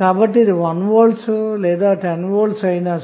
కాబట్టి ఇది 1 V లేదా 10 V అయినా